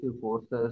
forces